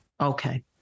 Okay